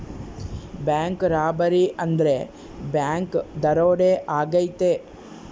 bank robbery ಅಂದ್ರೆ bank ದರೋಡೆ ಆಗೈತೆ